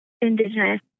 indigenous